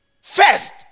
First